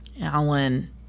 Alan